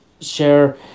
share